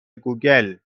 گوگل